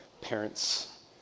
parents